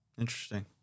Interesting